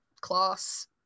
class